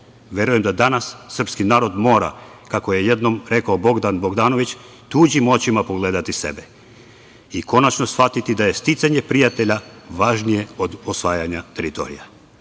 Verujem da danas srpski narod mora, kako je jednom rekao Bogdan Bogdanović, tuđim očima pogledati sebe i konačno shvatiti da je sticanje prijatelja važnije od osvajanja teritorija. Danas